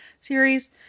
series